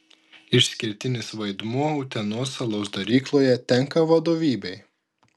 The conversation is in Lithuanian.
išskirtinis vaidmuo utenos alaus darykloje tenka vadovybei